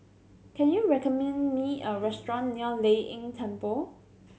can you recommend me a restaurant near Lei Yin Temple